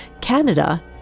Canada